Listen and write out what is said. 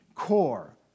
core